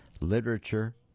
literature